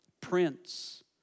Prince